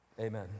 Amen